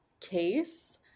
case